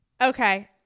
Okay